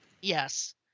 Yes